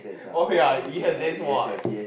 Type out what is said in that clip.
oh ya you have Xavier's mod